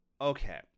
okay